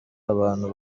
abantu